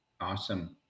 Awesome